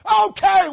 Okay